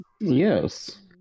Yes